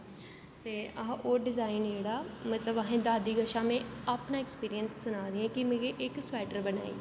ते अस ओह् डिज़ाइन जेह्ड़ा मतलब असें दादी कशा में अपना एक्सपीरियंस सनादी आं कि मिगी इक स्वेटर बनाई